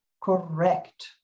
Correct